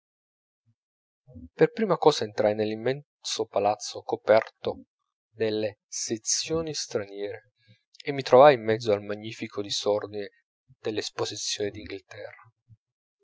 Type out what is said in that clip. per prima cosa entrai nell'immenso palazzo coperto delle sezioni straniere e mi trovai in mezzo al magnifico disordine dell'esposizione d'inghilterra